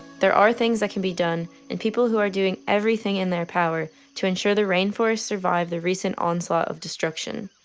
there are things that can be done and people who are doing everything in their power to ensure the rainforests survive the recent onslaught of destruction.